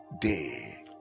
day